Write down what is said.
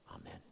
Amen